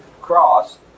cross